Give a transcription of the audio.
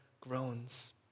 groans